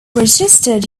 registered